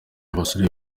abasore